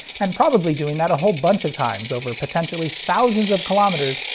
and probably doing that a whole bunch of times over potentially thousands of kilometers,